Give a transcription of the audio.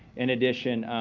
in addition,